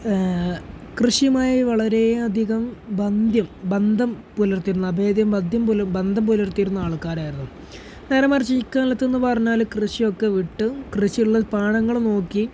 കൃഷിയുമായി വളരേയധികം ബന്ധം ബന്ധം പുലർത്തിയിരുന്ന അഭേധ്യം ബന്ധം ബന്ധം പുലർത്തിയിരുന്ന ആൾക്കാരായിരുന്നു നേരെമറിച്ച് ഇക്കാലത്ത് എന്നു പറഞ്ഞാൽ കൃഷിയൊക്കെ വിട്ട് കൃഷിയുള്ള പാടങ്ങൾ നോക്കി